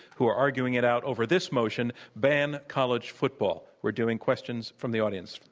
who are arguing it out over this motion ban college football. we're doing questions from the audience.